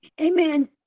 Amen